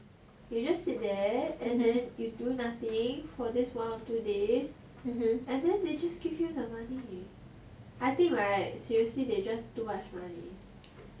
you just sit there and then you do nothing for this one or two days and then they just give you the money I think right seriously they just too much money